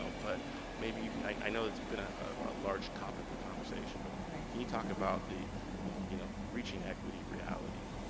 but maybe you can, i know it's been a large topic of conversation. but can you talk about the yeah you know reaching equity reality?